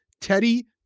Teddy